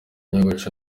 nyogosho